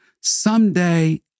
Someday